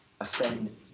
offend